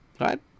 right